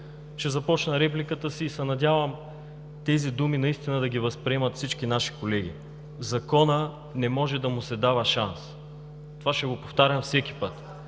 Ще започна репликата си и се надявам тези думи наистина да ги възприемат всички наши колеги. На Закона не може да му се дава шанс! Това ще го повтарям всеки път.